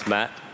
Matt